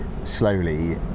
Slowly